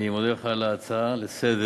אני מודה לך על ההצעה לסדר-היום.